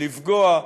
לפגוע,